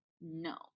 no